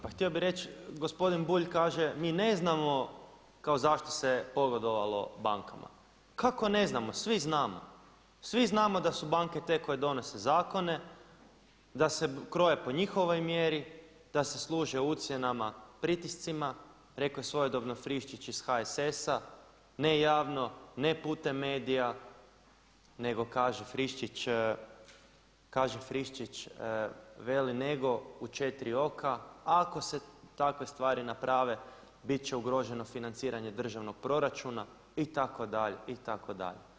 Pa htio bih reći, gospodin Bulj kaže mi ne znamo kao zašto se pogodovalo bankama, kako ne znamo, svi znamo, svi znamo da su banke te koje donose zakone, da se kroje po njihovoj mjeri, da se služe ucjenama, pritiscima, rekao je svojedobno Friščić iz HSS-a ne javno, ne putem medija nego kaže Friščić, kaže Friščić, veli nego u 4 oka, ako se takve stvari naprave biti će ugroženo financiranje državnog proračuna, itd., itd.